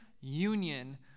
union